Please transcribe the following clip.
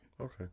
Okay